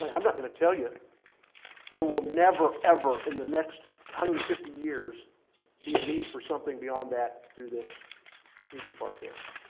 i'm not going to tell you there will never, ever, in the next hundred and fifty years be a need for something beyond that through this through this part of campus.